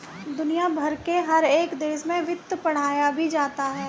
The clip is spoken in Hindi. दुनिया भर के हर एक देश में वित्त पढ़ाया भी जाता है